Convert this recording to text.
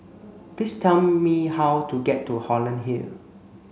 please tell me how to get to Holland Hill